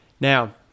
Now